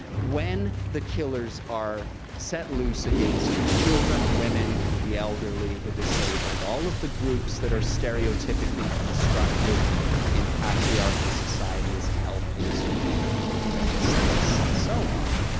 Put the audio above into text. when the killers are set loose against children, women, the elderly, the disabled, all of the groups that are stereotypically constructed in patriarchal society as helpless, weak, defenseless, and so on,